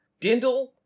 Dindle